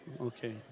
okay